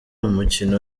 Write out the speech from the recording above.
umukino